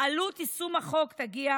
עלות יישום החוק תגיע